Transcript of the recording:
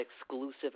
exclusive